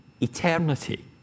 eternity